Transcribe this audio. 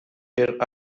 their